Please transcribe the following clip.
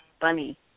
bunny